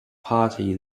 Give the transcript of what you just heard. party